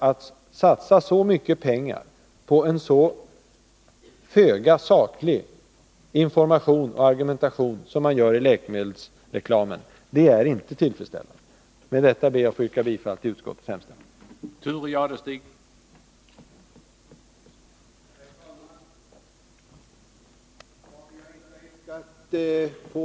Att satsa så mycket pengar på en så föga saklig information och argumentation som man gör i läkemedelsreklamen är inte tillfredsställande. Med detta ber jag att få yrka bifall till utskottets hemställan.